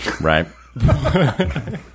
right